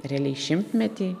realiai šimtmetį